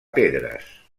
pedres